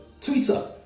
Twitter